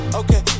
okay